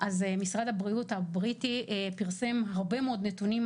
אז משרד הבריאות הבריטי פרסם הרבה מאוד נתונים